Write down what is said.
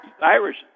Irish